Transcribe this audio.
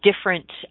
different